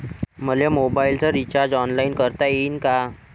मले मोबाईलच recharge online करता येईन का?